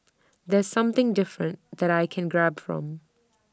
that's something different that I can grab from